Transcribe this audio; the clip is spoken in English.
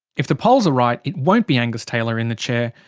if the polls are right, it won't be angus taylor in the chair,